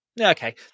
okay